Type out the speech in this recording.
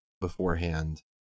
beforehand